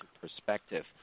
perspective